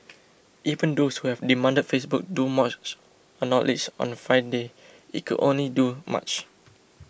even those who have demanded Facebook do more acknowledged on Friday it could only do much